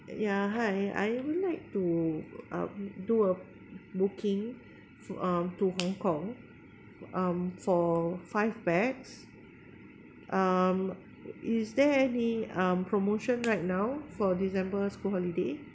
yeah hi I would like to um do a booking for um to hong kong um for five pax um is there any um promotion right now for december school holiday